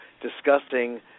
discussing